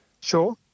sure